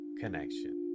connection